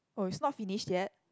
oh it's not finished yet